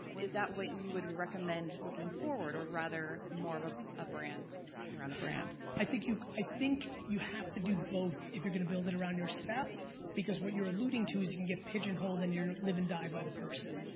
is that what you you would recommend looking forward or rather more of ah a brand around a brand? i think you, i think you have to do both if you're gonna build it around yourself, because what you're alluding to is you can get pigeonholed and you live and die by the person.